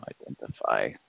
identify